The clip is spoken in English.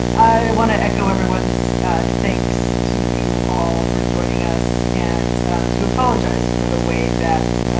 i want to echo everyone's thanks to you all for joining us, and to apologize for the way that